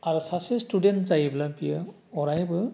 आरो सासे स्टुडेन्ट जायोब्ला बियो अरायबो